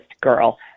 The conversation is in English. girl